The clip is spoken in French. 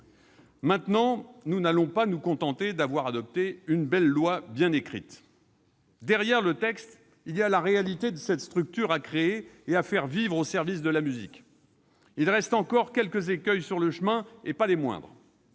Maintenant, nous n'allons pas nous contenter d'avoir adopté une belle loi bien écrite. Derrière le texte, il y a la réalité de cette structure à créer et à faire vivre au service de la musique. Il reste encore quelques écueils sur le chemin, et pas des moindres.